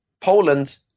Poland